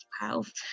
health